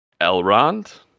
Elrond